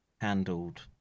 handled